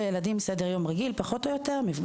והוא שיש לילדים סדר יום רגיל: מפגש,